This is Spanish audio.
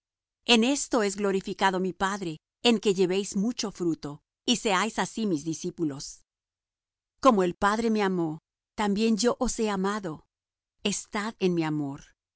en esto es glorificado mi padre en que llevéis mucho fruto y seáis así mis discípulos como el padre me amó también yo os he amado estad en mi amor